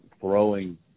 throwing